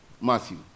Matthew